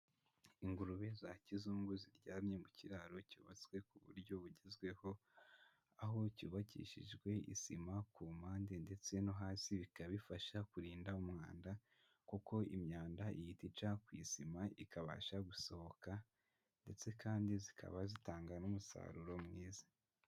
Ingurube za kizungu ziryamye mu kiraro cyubatswe ku buryo bugezweho, aho cyubakishijwe isima ku mpande ndetse no hasi bikaba bifasha kurinda umwanda kuko imyanda ihita ica ku isima ikabasha gusohoka ndetse kandi zikaba zitanga n'umusaruro mwiza.